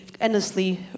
endlessly